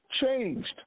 changed